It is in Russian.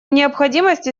необходимости